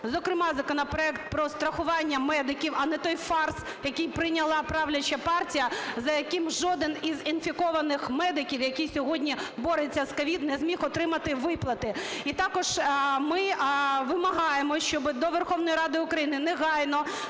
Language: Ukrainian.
Зокрема, законопроект про страхування медиків, а не той фарс, який прийняла правляча партія, за яким жоден із інфікованих медиків, який сьогодні бореться з COVID, не зміг отримати виплати. І також ми вимагаємо, щоби до Верховної Ради України негайно